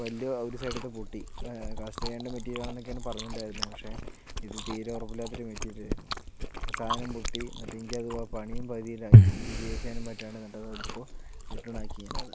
പല്ല് ഒരു സൈഡിത്തെ പൊട്ടി കാസ്റ്റ് അയണിൻ്റെ മെറ്റീരിയൽ ആണെന്നക്കേണ് പറഞ്ഞിണ്ടായിരുന്നേ പക്ഷെ ഇത് തീരെ ഉറപ്പില്ലാത്ത ഒരു മെറ്റീരിയൽ ആയിരുന്നു അപ്പ സാധനം പൊട്ടി എന്നിട്ട് എനിക്കത് പണിയും പകുതിലായി ഇത് ഉപയോഗിക്കാനും പറ്റാണ്ട് എന്നിട്ടത് ഇപ്പോൾ റിട്ടേൺ ആക്കി ഞാനത്